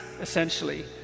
essentially